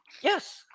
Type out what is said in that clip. Yes